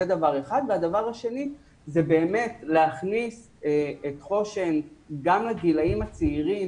הדבר השני הוא באמת להכניס את חושן גם לגילים הצעירים.